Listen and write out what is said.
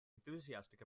enthusiastic